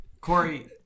Corey